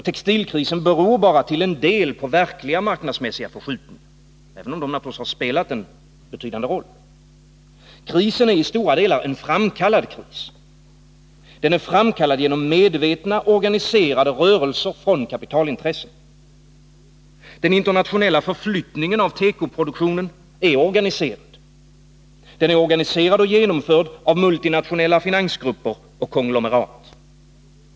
Textilkrisen beror bara till en del på verkliga marknadsmässiga förskjutningar — även om de naturligtvis har spelat en betydande roll. Krisen är i stora delar en framkallad kris. Den är framkallad genom medvetna, organiserade rörelser från kapitalintressena. Den internationella förflyttningen av tekoproduktionen är organiserad. Den är organiserad och genomförd av multinationella finansgrupper och konglomerat.